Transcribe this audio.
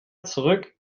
zurück